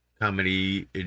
Comedy